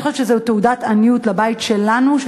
אני חושבת שזו תעודת עניות לבית שלנו,